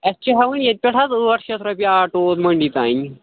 اَسہِ چھُ ہیٚوان ییٚتہٕ پیٚٹھ حظ أٹھ شیٚتھ رۄپیہِ آٹوٗ وول مٔنٛڈۍ تام